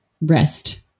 rest